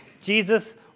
Jesus